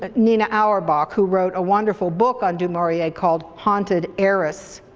ah nina auerbach, who wrote a wonderful book on du maurier called haunted heiress.